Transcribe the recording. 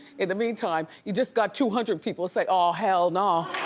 in the meantime, you just got two hundred people say oh hell no.